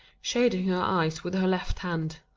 shading her eyes with her left hand.